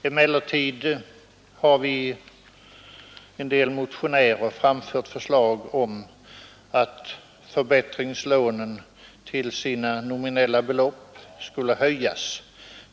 Emellertid är vi en del motionärer som framlagt förslag om att förbättringslånen till sina nominella belopp skall höjas.